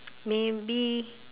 maybe